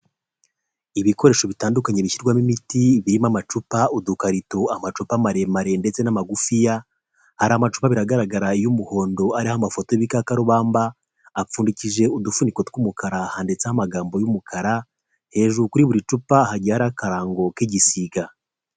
Ibikoresho bitandukanye bishyirwamo imiti, birimo amacupa, udukarito, amacupa maremare ndetse n'amagufiya, hari amacupa abiri agaragara y'umuhondo ariho amafoto y'igikakarubamba, apfundikije udufuniko tw'umukara, handitseho amagambo y'umukara, hejuru kuri buri cupa hagiye hariho akarango k'igisiga.